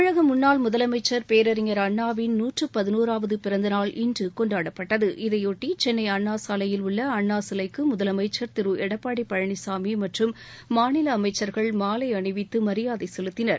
தமிழக முன்னாள் முதலமைச்சர் பேரறிஞர் அண்ணாவின் நூற்று பதினோராவது பிறந்தநாள் இன்று கொண்டாடப்பட்டது இதையொட்டி சென்னை அண்ணா சாலையில் உள்ள அண்ணா சிலைக்கு முதலமைச்சர் திரு எடப்பாடி பழனிசாமி மற்றும் மாநில அமைச்சர்கள் மாலை அணிவித்து மரியாதை செலுத்தினர்